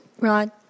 Rod